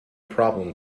problem